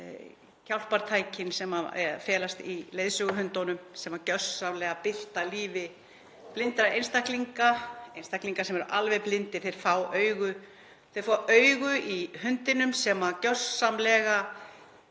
hjálpartækin sem felast í leiðsöguhundum sem gjörsamlega bylta lífi blindra einstaklinga, einstaklinga sem eru alveg blindir. Þeir fá augu, þeir fá augu í hundinum sem klikkar gjörsamlega